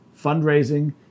fundraising